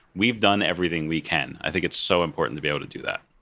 we've done everything we can. i think it's so important to be able to do that.